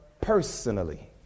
personally